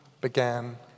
began